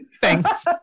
Thanks